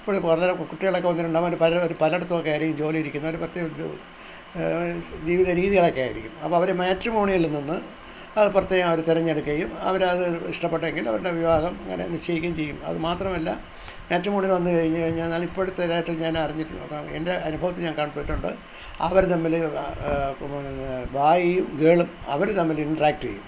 ഇപ്പഴ് വളരെ കുട്ടികളൊക്കെ ഒന്നോ രണ്ടോ പേര് പലരും പലയിടത്തൊക്കെ ആയിരിക്കും ജോലിയിൽ ഇരിക്കുന്നത് അവർ പ്രത്യേക ജീവി തരീതികളൊക്കെ ആയിരിക്കും അപ്പോൾ അവർ മാട്രിമോണിയിൽ നിന്ന് പ്രത്യേകം അവർ തെരഞ്ഞെടുക്കുകയും അവർ അത് ഇഷ്ട്പ്പെട്ടെങ്കിൽ അവരുടെ വിവാഹം അങ്ങനെ നിശ്ചയിക്കുകയും ചെയ്യും അത് മാത്രമല്ല മാട്രിമോണി വന്നു കഴിഞ്ഞു കഴിഞ്ഞ് എന്നാൽ ഇപ്പോഴത്തെ ഞാൻ അറിഞ്ഞു എൻ്റെ അനുഭവത്തിൽ ഞാൻ കണ്ടിട്ടുണ്ട് അവർ തമ്മിൽ ബോയ്യും ഗേളും അവരും തമ്മിൽ ഇൻ്റ്റാക്ട് ചെയ്യും